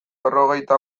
berrogeita